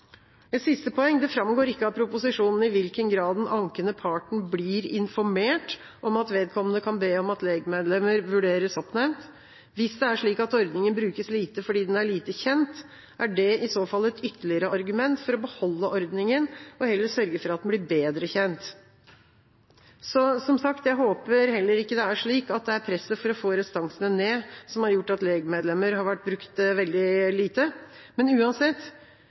Et siste poeng: Det framgår ikke av proposisjonen i hvilken grad den ankende parten blir informert om at vedkommende kan be om at legmedlemmer vurderes oppnevnt. Hvis det er slik at ordningen brukes lite fordi den er lite kjent, er det i så fall et ytterligere argument for å beholde ordningen og heller sørge for at den blir bedre kjent. Som sagt håper jeg det ikke er slik at det er presset for å få restansene ned som har gjort at legmedlemmer har vært brukt veldig lite. Men uansett: